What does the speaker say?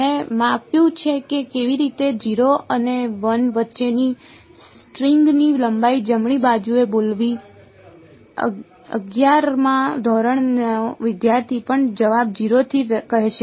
મેં માપ્યું છે કે કેવી રીતે 0 અને l વચ્ચેની સ્ટ્રિંગની લંબાઇ જમણી બાજુએ બોલવી અગિયારમા ધોરણનો વિદ્યાર્થી પણ જવાબ 0 થી કહેશે